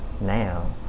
now